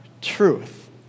Truth